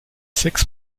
sechs